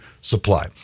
Supply